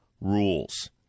rules